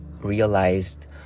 realized